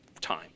time